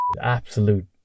absolute